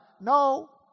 no